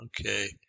Okay